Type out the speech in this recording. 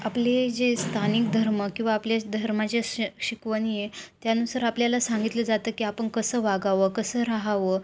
आपले जे स्थानिक धर्म किंवा आपल्या धर्माचे शि शिकवणी आहे त्यानुसार आपल्याला सांगितलं जातं की आपण कसं वागावं कसं रहावं